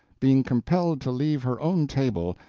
being compelled to leave her own table,